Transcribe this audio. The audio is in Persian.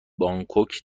بانکوک